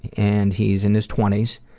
and he's in his twenty s.